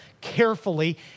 carefully